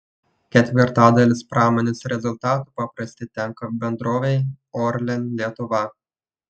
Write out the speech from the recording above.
ketvirtadalis pramonės rezultatų paprastai tenka bendrovei orlen lietuva